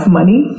money